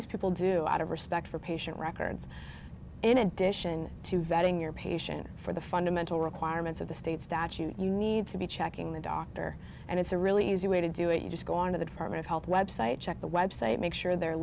these people do out of respect for patient records in addition to vetting your patients for the fundamental requirements of the state statute you need to be checking the doctor and it's a really easy way to do it you just go on to the department of health website check the website make sure they're